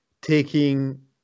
taking